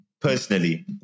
personally